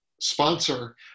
Sponsor